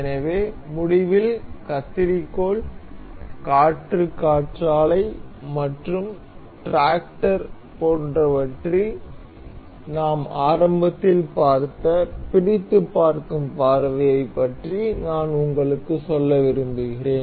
எனவே முடிவில் கத்தரிக்கோல் காற்று காற்றாலை மற்றும் டிராக்டர் போன்றவற்றில் நாம் ஆரம்பத்தில் பார்த்த பிரித்துப் பார்க்கும் பார்வையைப் பற்றியும் நான் உங்களுக்கு சொல்ல விரும்புகிறேன்